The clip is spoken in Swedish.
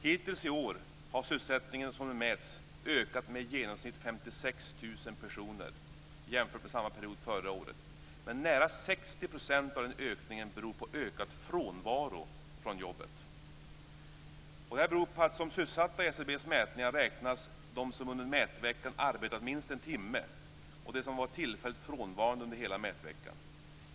Hittills i år har sysselsättningen, som den mäts, ökat med i genomsnitt 56 000 personer jämfört med samma period förra året. Nära 60 % av den ökningen beror på ökad frånvaro från jobbet! Som sysselsatta i SCB:s mätningar räknas de som under mätveckan arbetat minst en timme och de som var tillfälligt frånvarande under hela mätveckan.